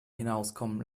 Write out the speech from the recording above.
hinauskommen